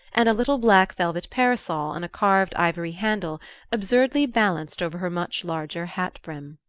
and a little black velvet parasol on a carved ivory handle absurdly balanced over her much larger hatbrim.